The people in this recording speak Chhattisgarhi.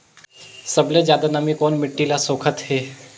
सबले ज्यादा नमी कोन मिट्टी ल सोखत हे?